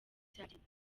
byagenze